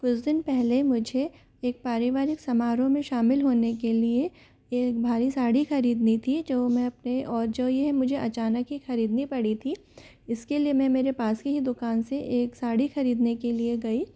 कुछ दिन पहले मुझे एक पारिवारिक समारोह में शामिल होने के लिए एक भारी साड़ी खरीदनी थी जो मैं अपने और जो यह मुझे अचानक ही खरीदनी पड़ी थी इसके लिए मैं मेरे पास की ही दुकान से एक साड़ी खरीदने के लिए गई